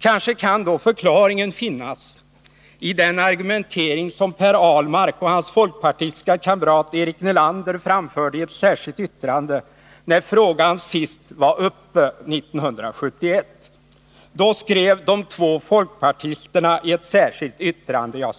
Kanske kan förklaringen finnas i den argumentering som Per Ahlmark och hans folkpartistiske kamrat Eric Nelander framförde i ett särskilt yttrande när frågan senast var föremål för behandling 1971. Då skrev de två folkpartisterna i ett särskilt yttrande: